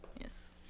Yes